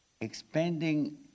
expanding